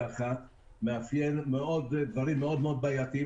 אחת ויש שם דברים מאוד מאוד בעייתיים,